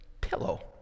pillow